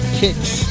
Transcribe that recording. kicks